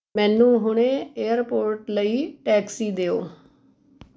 ਮੈਨੂੰ ਹੁਣੇ ਏਅਰਪੋਰਟ ਲਈ ਟੈਕਸੀ ਦਿਉ